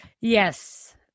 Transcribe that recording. yes